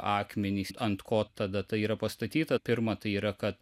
akmenys ant ko tada tai yra pastatyta pirma tai yra kad